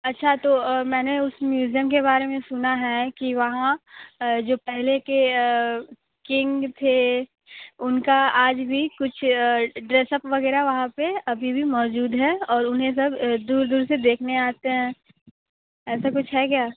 अच्छा तो मैंने उस म्यूज़ियम के बारे में सुना है कि वहां जो पहले के किंग थे उनका आज भी कुछ ड्रेस अप वगैरह वहां पे अभी भी मौजूद है और उन्हें सब दूर दूर से देखने आते हैं ऐसा कुछ है क्या